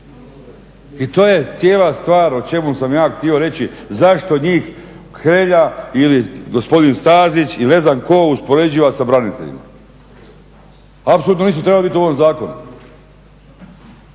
i to je cijela stvar o čemu sam ja htio reći zašto njih Hrelja ili gospodin Stazić ili ne znam tko uspoređuje sa braniteljima. Apsolutno nisu trebali biti u ovom zakonu.